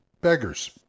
beggars